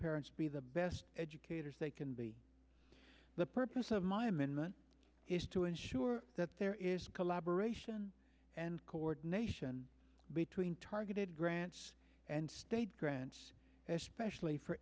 parents be the best educators they can be the purpose of my amendment is to ensure that there is collaboration and coordination between targeted grants and state grants especially for